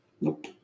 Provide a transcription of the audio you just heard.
Nope